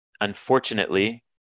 unfortunately